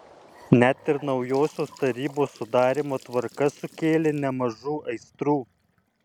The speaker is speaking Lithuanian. net ir naujosios tarybos sudarymo tvarka sukėlė nemažų aistrų